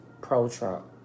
pro-Trump